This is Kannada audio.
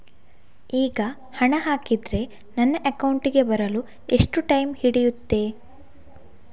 ಈಗ ಹಣ ಹಾಕಿದ್ರೆ ನನ್ನ ಅಕೌಂಟಿಗೆ ಬರಲು ಎಷ್ಟು ಟೈಮ್ ಹಿಡಿಯುತ್ತೆ?